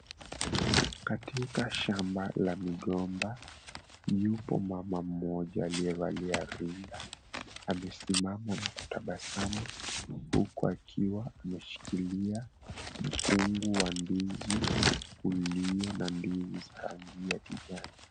Katika shamba la migomba, yupo mama mmoja aliyevalia rinda. Amesimama na kutabasamu huku akiwa ameshikilia mkungu wa ndizi ulio na ndizi za rangi ya kijani.